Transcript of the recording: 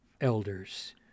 elders